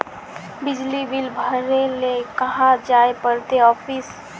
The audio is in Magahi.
बिजली बिल भरे ले कहाँ जाय पड़ते ऑफिस?